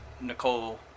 nicole